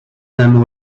them